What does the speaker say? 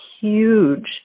huge